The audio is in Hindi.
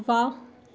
वाह